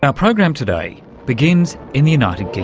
ah program today begins in the united